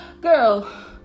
girl